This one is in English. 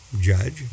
judge